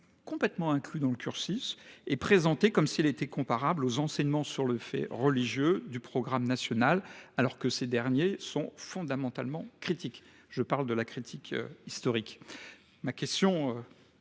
complètement incluse dans le cursus et présentée comme comparable aux enseignements sur le fait religieux du programme national, qui sont fondamentalement critiques, au sens de la critique historique. Ma question,